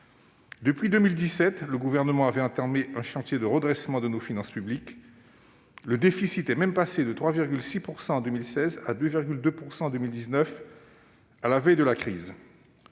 En 2017, le Gouvernement avait entamé un chantier de redressement de nos finances publiques, le déficit passant même de 3,6 % en 2016 à 2,2 % en 2019, à la veille de la crise.